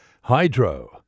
Hydro